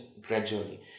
gradually